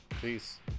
Peace